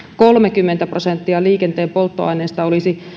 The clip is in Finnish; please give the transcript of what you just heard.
kolmekymmentä prosenttia liikenteen polttoaineista